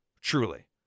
truly